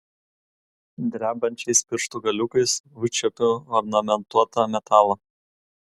drebančiais pirštų galiukais užčiuopiu ornamentuotą metalą